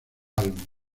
álbum